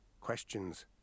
Questions